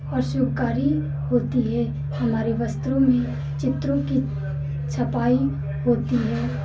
और शुभकारी होती है हमारे वस्त्रों में चित्रों की छपाई होती है